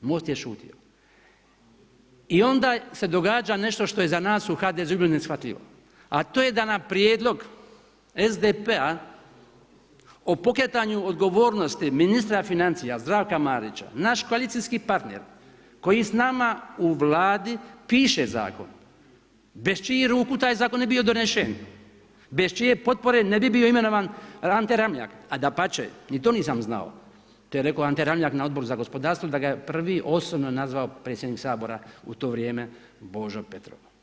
I onda se događa nešto što je za nas u HDZ-u bilo neshvatljivo, a to je da na prijedlog SDP-a o pokretanju odgovornosti ministra financija Zdravka Marića naš koalicijski partner koji s nama u Vladi piše zakon, bez čijih ruku taj zakon ne bi bio donesen, bez čije potpore ne bi bio imenovan Ante Ramljak, a dapače to nisam znao, to je rekao Ante Ramljak na Odboru za gospodarstvo da ga je prvi osobno nazvao predsjednik Sabora u to vrijeme Božo Petrov.